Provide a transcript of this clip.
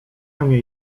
jej